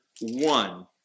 one